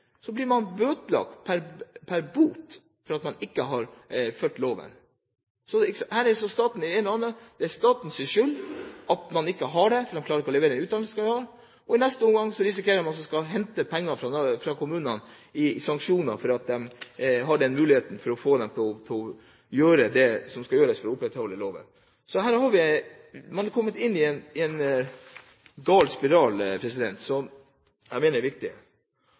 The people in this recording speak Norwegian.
for at man ikke har fulgt loven. Så her er staten inne, og det er statens skyld at man ikke har kvalifisert mannskap, fordi den ikke klarer å levere den utdannelsen man skal ha. I neste omgang risikerer man at man henter penger fra kommunene – i sanksjoner – fordi man har den muligheten for å få dem til å gjøre det som skal gjøres for å opprettholde det som står i loven. Så her har man kommet inn i en gal spiral. Jeg mener dette er viktig.